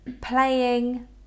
playing